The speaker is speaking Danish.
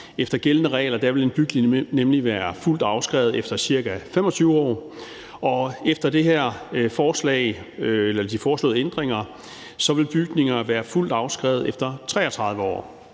Efter de gældende regler vil en bygning nemlig være fuldt afskrevet efter ca. 25 år, og efter de foreslåede ændringer vil bygninger være fuldt afskrevet efter 33 år,